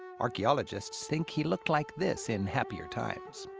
archaeologists think he looked like this in happier times.